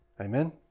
Amen